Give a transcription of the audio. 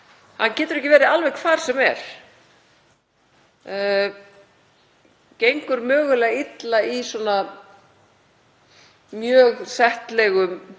getur ekki verið hvar sem er, gengur mögulega illa í svona mjög settlegum